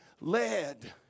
led